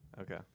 Okay